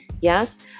Yes